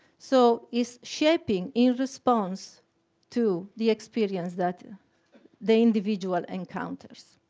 so it's shaping in response to the experience that the individual encounters.